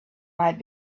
might